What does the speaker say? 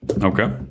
Okay